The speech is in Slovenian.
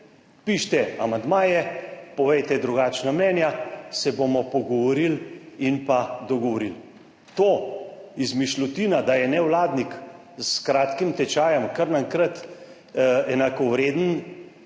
Pišite amandmaje, povejte drugačna mnenja, se bomo pogovorili in pa dogovorili. To, izmišljotina, da je nevladnik s kratkim tečajem kar naenkrat enakovreden